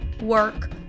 work